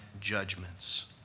judgments